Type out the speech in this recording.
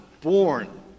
born